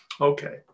okay